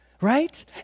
right